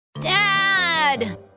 Dad